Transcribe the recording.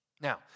Now